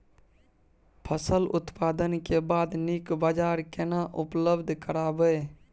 फसल उत्पादन के बाद नीक बाजार केना उपलब्ध कराबै?